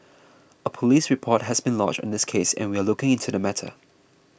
a police report has been lodged on this case and we are looking into the matter